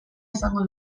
izango